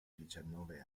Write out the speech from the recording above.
diciannove